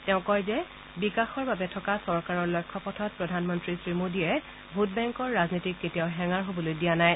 তেওঁ কয় যে বিকাশৰ বাবে থকা চৰকাৰৰ লক্ষ্য পথত প্ৰধানমন্ত্ৰী শ্ৰী মোডীয়ে ভোটবেংকৰ ৰাজনীতিক কেতিয়াও হেঙাৰ হ'বলৈ দিয়া নাই